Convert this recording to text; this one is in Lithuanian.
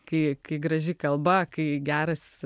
kai kai graži kalba kai geras